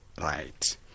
right